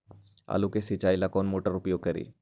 आलू के सिंचाई ला कौन मोटर उपयोग करी?